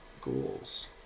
Ghouls